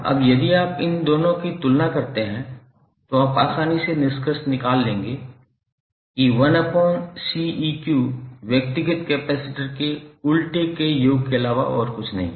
अब यदि आप इन दोनों की तुलना करते हैं तो आप आसानी से निष्कर्ष निकाल लेंगे कि 1𝐶𝑒𝑞 व्यक्तिगत कैपेसिटर के उल्टे के योग के अलावा और कुछ नहीं है